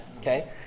Okay